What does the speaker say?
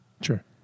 Sure